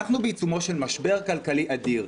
אנחנו בעיצומו של משבר כלכלי אדיר,